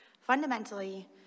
Fundamentally